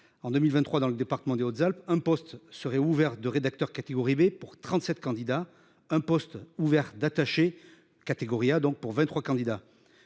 en 2023 dans le département des Hautes-Alpes un poste seraient ouverte de rédacteur catégorie B pour 37 candidats, un poste ouvert d'attacher catégorie A donc pour 23 candidats